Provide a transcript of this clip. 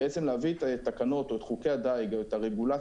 בעצם להביא את התקנות או את חוקי הדייג או את הרגולציה